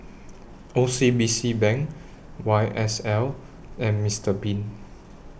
O C B C Bank Y S L and Mister Bean